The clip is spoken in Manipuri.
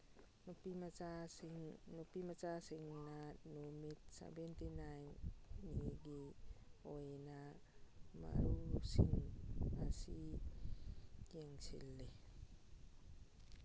ꯅꯨꯄꯤꯃꯆꯥꯁꯤꯡꯅ ꯅꯨꯃꯤꯠ ꯁꯕꯦꯟꯇꯤ ꯅꯥꯏꯟꯅꯤꯒꯤ ꯑꯣꯏꯅ ꯃꯔꯨꯁꯤꯡ ꯑꯁꯤ ꯌꯦꯡꯁꯤꯜꯂꯤ